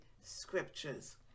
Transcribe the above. scriptures